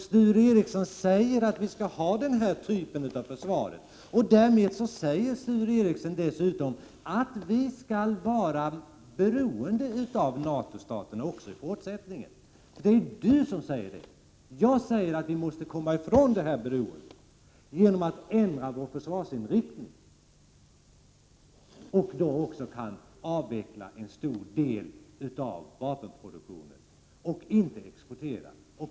Sture Ericson säger att vi skall ha den här typen av försvar. Därmed säger Sture Ericson dessutom att vi skall vara beroende av NATO-staterna även i fortsättningen. Det är Sture Ericson som säger det. Jag säger att vi måste komma ifrån det här beroendet genom att ändra vår försvarsinriktning. Då kan vi också avveckla en stor del av vapenproduktionen. Vi behöver inte exportera.